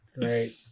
Great